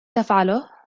تفعله